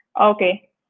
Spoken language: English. Okay